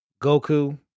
Goku